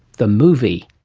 the movie.